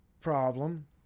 problem